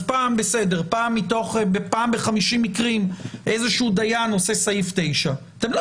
אז פעם ב-50 מקרים איזשהו דיין עושה סעיף 9. אתם לא